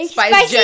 Spicy